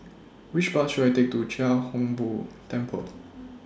Which Bus should I Take to Chia Hung Boo Temple